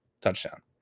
Touchdown